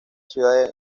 ciudad